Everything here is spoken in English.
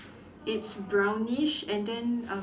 it's brownish and then um